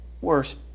worse